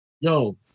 Yo